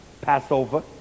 Passover